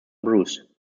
bruce